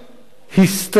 היסטריה,